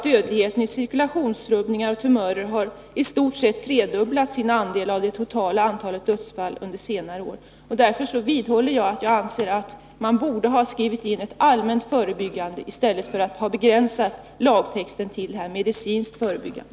Dödligheten i cirkulationsrubbningar och tumörer har i stort sett tredubblat sin andel av det totala antalet dödsfall under senare år. Därför vidhåller jag att man borde ha skrivit in ett allmänt förebyggande i stället för att begränsa lagtexten till medicinskt förebyggande.